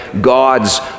God's